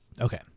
Okay